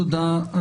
תודה.